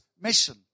mission